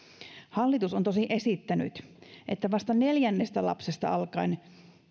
hallitus on tosin esittänyt että vasta neljännestä lapsesta alkaen